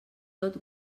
tot